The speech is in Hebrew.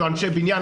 אנחנו אנשי בניין,